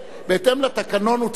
בהתאם לתקנון הוא צודק,